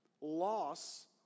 loss